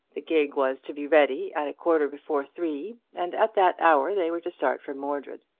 the gig was to be ready at a quarter before three, and at that hour they were to start for mordred.